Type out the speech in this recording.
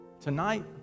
tonight